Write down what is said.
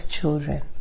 children